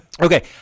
okay